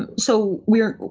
and so we're.